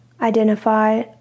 identify